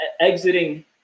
exiting